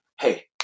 hey